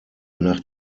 nach